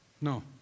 No